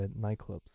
nightclubs